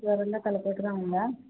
ఏవన్నా తలపోటుగా ఉందా